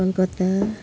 Calcutta